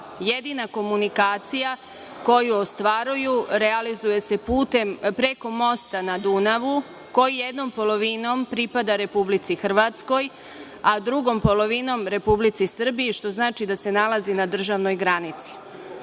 Jedina komunikacija koju ostvaruju realizuje se preko mosta na Dunavu, koji jednom polovinom pripada Republici Hrvatskoj, a drugom polovinom Republici Srbiji, što znači da se nalazi na državnoj granici. Ulaskom